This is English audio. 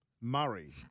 Murray